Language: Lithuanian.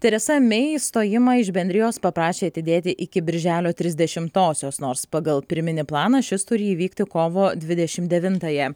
teresa mei išstojimą iš bendrijos paprašė atidėti iki birželio trisdešimtosios nors pagal pirminį planą šis turi įvykti kovo dvidešim devitąją